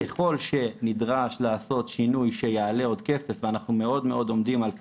ככל שנדרש לעשות שינוי שיעלה עוד כסף ואנחנו מאוד עומדים על כך,